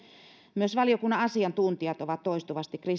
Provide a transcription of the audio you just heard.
myös valiokunnan asiantuntijat ovat toistuvasti